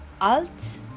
Alt